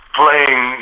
playing